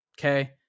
okay